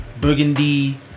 Burgundy